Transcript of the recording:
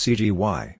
Cgy